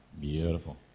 Beautiful